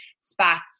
spots